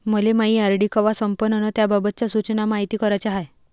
मले मायी आर.डी कवा संपन अन त्याबाबतच्या सूचना मायती कराच्या हाय